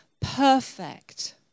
perfect